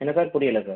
என்ன சார் புரியலை சார்